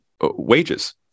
wages